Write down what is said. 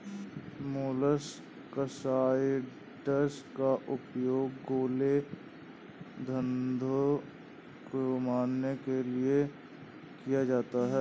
molluscicides का उपयोग गोले, घोंघे को मारने के लिए किया जाता है